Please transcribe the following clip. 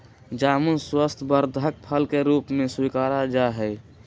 जामुन स्वास्थ्यवर्धक फल के रूप में स्वीकारा जाहई